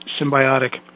symbiotic